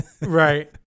Right